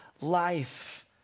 life